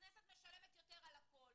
הכנסת משלמת יותר על הכל,